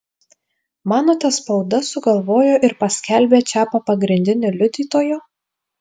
manote spauda sugalvojo ir paskelbė čiapą pagrindiniu liudytoju